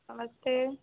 नमस्ते